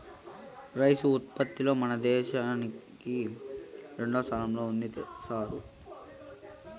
rice ఉత్పత్తిలో మన దేశంకి రెండోస్థానం ఉండాది సారూ